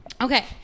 Okay